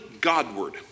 Godward